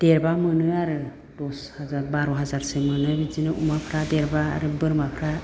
देरबा मोनो आरो दस हाजार बार' हाजारसो मोनो बिदिनो अमाफ्रा देरबा आरो बोरमाफ्रा